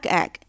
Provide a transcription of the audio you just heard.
egg